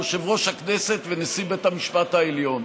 יושב-ראש הכנסת ונשיא בית המשפט העליון,